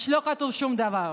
אז לא כתוב שום דבר.